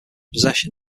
possession